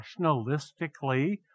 nationalistically